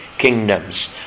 kingdoms